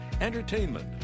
Entertainment